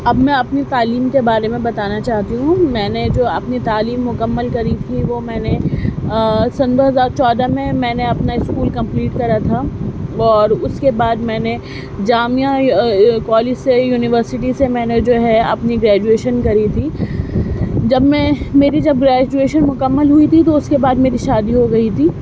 اب میں اپنی تعلیم کے بارے میں بتانا چاہتی ہوں میں نے جو اپنی تعلیم مکمل کری تھی وہ میں نے سن دو ہزار چودہ میں میں اپنا اسکول کمپلیٹ کرا تھا اور اس کے بعد میں نے جامعہ کالج سے یونیورسٹی سے میں نے جو ہے اپنی گریجویشن کری تھی جب میں میری جب گریجویشن مکمل ہوئی تھی تو اس کے بعد میری شادی ہو گئی تھی